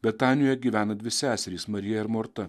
betanijoje gyvena dvi seserys marija ir morta